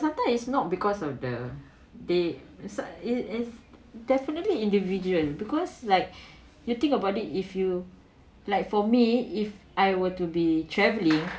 sometime is not because of the day it's a it is definitely individual because like you think about it if you like for me if I were to be travelling